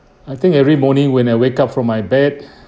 I think every morning when I wake up from my bed